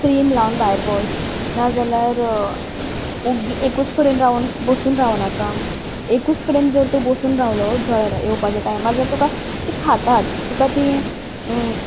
cream लावन भायर वच नाजाल्यार ओग्गी एकच कडेन बसून रावनाका एकूच कडेन जर तर बसून रावलो जळारां येवपाच्या टायमार जाल्या तुका ती खातात तुका तीं